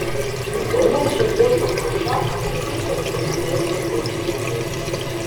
zvimbiančių iečių kruša apipylė ir rėkė griausmingai